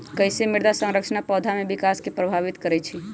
कईसे मृदा संरचना पौधा में विकास के प्रभावित करई छई?